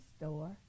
store